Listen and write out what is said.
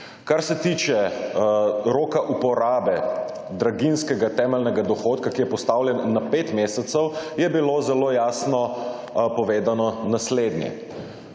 Kar se tiče roka uporabe draginjskega temeljnega dohodka, ki je postavljen na pet mesecev je bilo zelo jasno povedano naslednje.